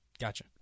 Gotcha